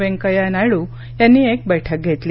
वेंकय्या नायडू यांनी एक बैठक घेतली